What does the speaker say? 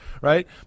right